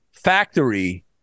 factory